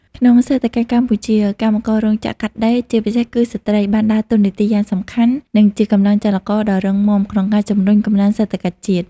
ក្នុងសេដ្ឋកិច្ចកម្ពុជា កម្មកររោងចក្រកាត់ដេរ ជាពិសេសគឺស្ត្រី បានដើរតួនាទីយ៉ាងសំខាន់ និងជាកម្លាំងចលករដ៏រឹងមាំក្នុងការជំរុញកំណើនសេដ្ឋកិច្ចជាតិ។